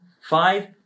Five